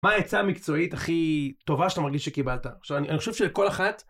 מה העצה המקצועית הכי טובה שאתה מרגיש שקיבלת? עכשיו, אני חושב שכל אחת...